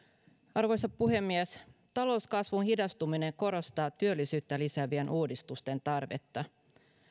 arvoisa puhemies talouskasvun hidastuminen korostaa työllisyyttä lisäävien uudistusten tarvetta